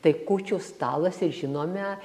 tai kūčių stalas ir žinome